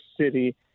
City